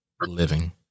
living